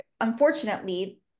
unfortunately